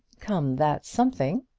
come, that's something.